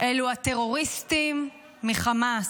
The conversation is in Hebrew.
אלו הטרוריסטים מחמאס.